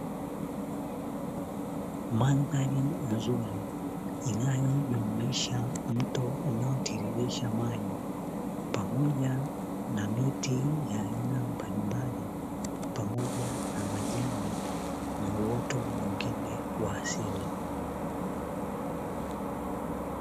Mandhari nzuri iliyojumuisha mto unaotiririsha maji, pamoja na miti ya aina mbalimbali pamoja na majani na uoto mwingine wa asili.